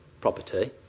property